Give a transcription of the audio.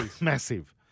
Massive